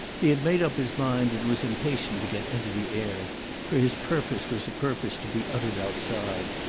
he had made up his mind and was impatient to get into the air for his purpose was a purpose to be uttered outside,